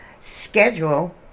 schedule